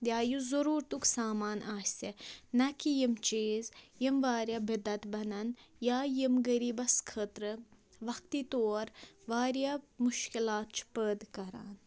یا یُس ضٔروٗرتُک سامان آسہِ نہ کہِ یِم چیٖز یِم واریاہ بِدعت بَنَن یا یِم غَریٖبَس خٲطرٕ وَقتی طور واریاہ مُشکِلات چھِ پٲدٕ کَران